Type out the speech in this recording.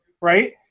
Right